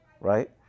right